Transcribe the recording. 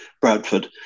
Bradford